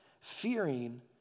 fearing